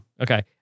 okay